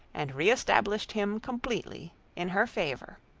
and re-established him completely in her favour.